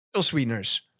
sweeteners